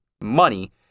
money